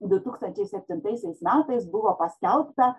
du tūkstančiai septintaisiais metais buvo paskelbta